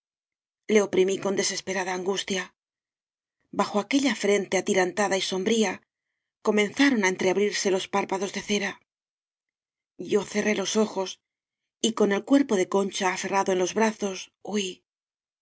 le oprimí con desesperada angustia bajo aquella frente atirantada y sombría comenzaron á entreabrirse los párpados de cera yo cerré los ojos y con el cuerpo de concha aferrado en los brazos huí